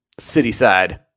Cityside